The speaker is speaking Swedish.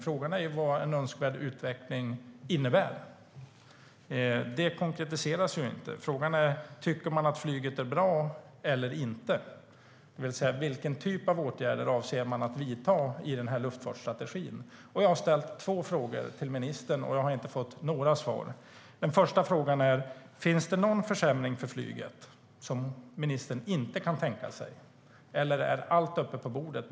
Frågan är bara vad en önskvärd utveckling innebär. Det konkretiseras inte. Frågan är: Tycker man att flyget är bra eller inte? Vilken typ av åtgärder avser man att vidta inom ramen för luftfartsstrategin? Jag ställde två frågor till ministern, och jag har inte fått något svar. Den första frågan är: Finns det någon försämring för flyget som ministern inte kan tänka sig, eller är allt uppe på bordet?